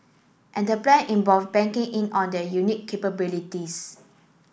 and the plan involve banking in on their unique capabilities